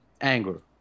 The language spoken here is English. anger